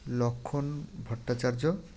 Lakshman Bhattacharya